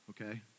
okay